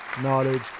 knowledge